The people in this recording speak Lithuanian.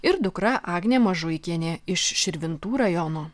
ir dukra agnė mažuikienė iš širvintų rajono